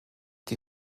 die